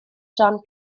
john